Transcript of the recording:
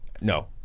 No